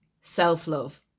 self-love